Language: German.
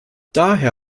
daher